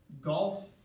golf